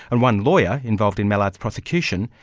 and one lawyer involved in mallard's prosecution,